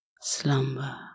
slumber